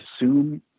assume